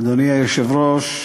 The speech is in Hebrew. אדוני היושב-ראש,